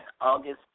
August